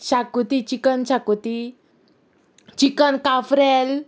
xacuti chicken xacuti chicken cafreal